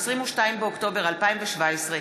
22 באוקטובר 2017,